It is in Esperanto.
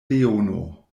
leono